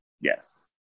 Yes